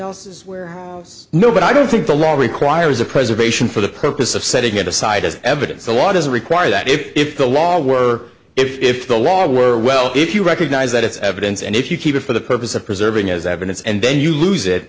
else's where no but i don't think the law requires a preservation for the purpose of setting it aside as evidence the law doesn't require that if the law were if the law were well if you recognize that it's evidence and if you keep it for the purpose of preserving as evidence and then you lose it